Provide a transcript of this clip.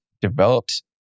developed